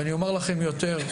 ואני אומר לכם יותר,